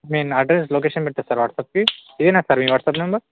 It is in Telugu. నేను అడ్రెస్ లొకేషన్ పెట్టేస్తా సార్ వాట్సాప్కి ఇదేనా సార్ మీ వాట్సాప్ నెంబర్